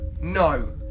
no